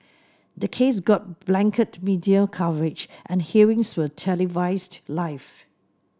the case got blanket media coverage and hearings were televised live